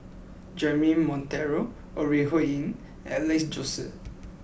Jeremy Monteiro Ore Huiying and Alex Josey